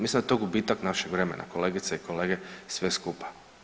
Mislim da je to gubitak našeg vremena, kolegice i kolege, sve skupa.